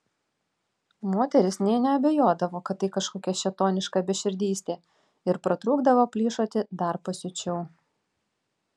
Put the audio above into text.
moterys nė neabejodavo kad tai kažkokia šėtoniška beširdystė ir pratrūkdavo plyšoti dar pasiučiau